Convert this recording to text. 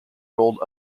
rolled